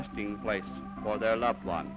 resting place for their loved one